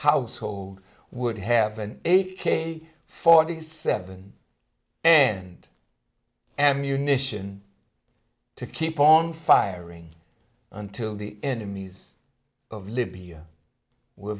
household would have an eight k forty seven and ammunition to keep on firing until the enemies of libya were